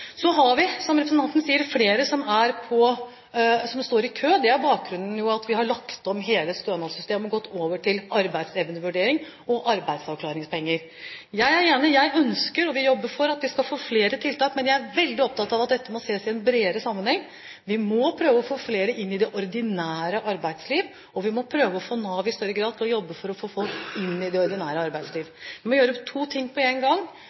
Så har vi, som representanten sier, flere som står i kø. Det er bakgrunnen for at vi har lagt om hele stønadssystemet og gått over til arbeidsevnevurdering og arbeidsavklaringspenger. Jeg er enig, jeg ønsker og vil jobbe for at vi skal få flere tiltak, men jeg er veldig opptatt av at dette må ses i en bredere sammenheng. Vi må prøve å få flere inn i det ordinære arbeidslivet, og vi må prøve å få Nav til i større grad å jobbe for å få folk inn i det ordinære arbeidslivet. Vi må gjøre to ting på en gang.